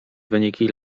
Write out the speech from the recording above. wyniki